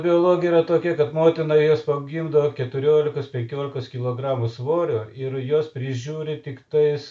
biologija yra tokia kad motina juos pagimdo keturiolikos penkiolikos kilogramų svorio ir juos prižiūri tiktais